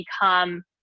become